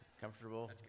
comfortable